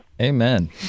Amen